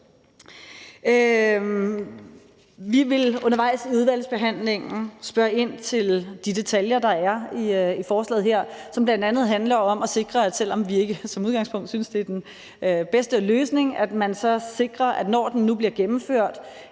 Vi vil undervejs i udvalgsbehandlingen spørge ind til de detaljer, der er i forslaget her, som bl.a. handler om at sikre, at den, selv om vi ikke som udgangspunkt synes, det er den bedste løsning, når den nu bliver gennemført,